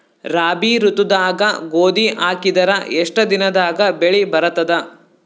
ರಾಬಿ ಋತುದಾಗ ಗೋಧಿ ಹಾಕಿದರ ಎಷ್ಟ ದಿನದಾಗ ಬೆಳಿ ಬರತದ?